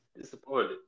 disappointed